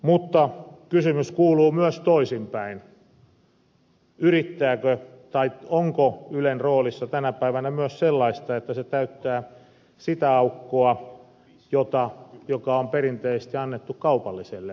mutta kysymys kuuluu myös toisinpäin onko ylen roolissa tänä päivänä myös sellaista että se täyttää sitä aukkoa joka on perinteisesti annettu kaupalliselle medialle